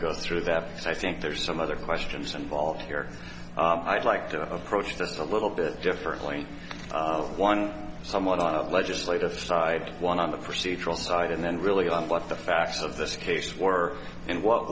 go through that because i think there's some other questions involved here i'd like to approach this a little bit differently one somewhat of legislative side one on the procedural side and then really on what the facts of this case were and what